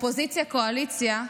אופוזיציה וקואליציה,